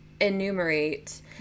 enumerate